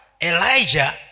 Elijah